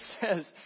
says